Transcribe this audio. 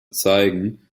zeigen